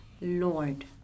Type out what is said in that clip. Lord